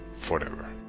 forever